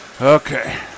Okay